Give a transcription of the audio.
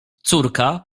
córka